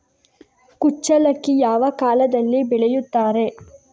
ಕುಚ್ಚಲಕ್ಕಿ ಯಾವ ಕಾಲದಲ್ಲಿ ಬೆಳೆಸುತ್ತಾರೆ?